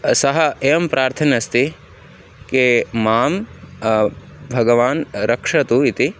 सः एवं प्रार्थयन् अस्ति किं मां भगवान् रक्षतु इति